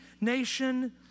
nation